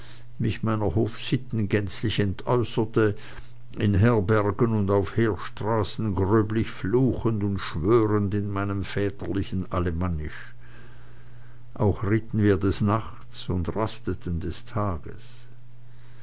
mich meiner hofsitten gänzlich entäußerte in herbergen und auf heerstraßen greulich fluchend und schwörend in meinem väterlichen alemannisch auch ritten wir nachts und rasten des tages